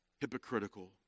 hypocritical